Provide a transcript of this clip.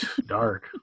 Dark